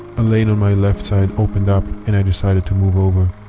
a lane on my left side opened up and i decided to move over,